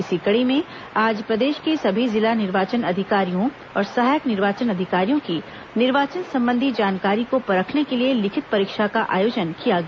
इसी कड़ी में आज प्रदेश के सभी जिला निर्वाचन अधिकारियों और सहायक निर्वाचन अधिकारियों की निर्वाचन संबंधी जानकारी को पखरने के लिए लिखित परीक्षा का आयोजन किया गया